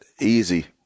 easy